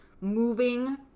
moving